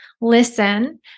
listen